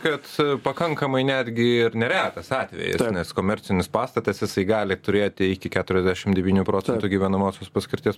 kad pakankamai netgi ir neretas atvejis nes komercinis pastatas jisai gali turėti iki keturiasdešimt devynių procentų gyvenamosios paskirties